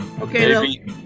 Okay